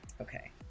Okay